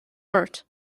ort